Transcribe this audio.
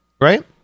right